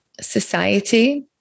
Society